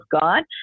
God